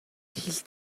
хил